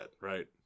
right